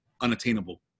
unattainable